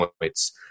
points